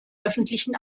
öffentlichen